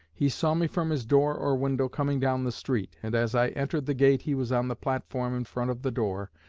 he saw me from his door or window coming down the street, and as i entered the gate he was on the platform in front of the door,